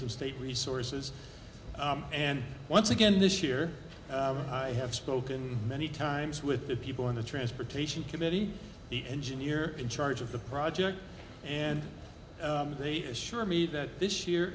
some state resources and once again this year i have spoken many times with the people in the transportation committee the engineer in charge of the project and they assure me that this year